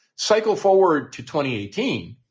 cycle forward to twenty eighteen.